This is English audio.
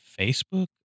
Facebook